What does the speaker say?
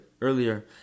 earlier